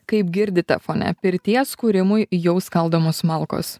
kaip girdite fone pirties kūrimui jau skaldomos malkos